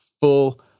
full